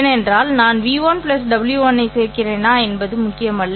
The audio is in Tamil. ஏனென்றால் நான் v1 w1 ஐ சேர்க்கிறேனா என்பது முக்கியமல்ல